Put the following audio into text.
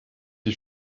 die